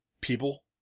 People